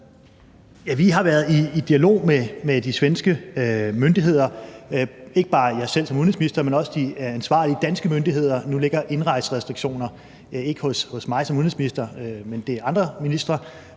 Vi har været i dialog med de svenske myndigheder. Det er ikke bare mig selv som udenrigsminister, men også de ansvarlige danske myndigheder – nu ligger indrejserestriktioner ikke hos mig som udenrigsminister, men under andre ministre